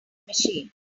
machine